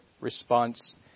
response